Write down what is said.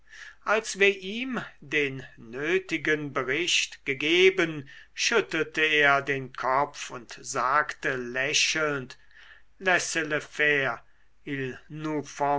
als wir ihm den nötigen bericht gegeben schüttelte er den kopf und sagte lächelnd laissez le